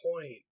point